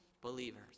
believers